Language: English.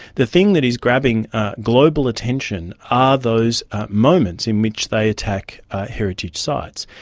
the thing that is grabbing global attention are those moments in which they attack heritage sites.